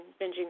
binging